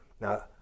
Now